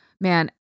Man